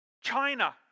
China